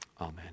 Amen